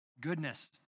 goodness